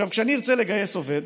כשאני ארצה לגייס עובד,